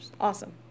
Awesome